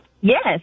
Yes